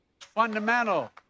fundamental